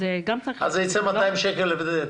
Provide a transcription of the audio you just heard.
אז זה ייצא 200 שקל הבדל.